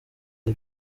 ari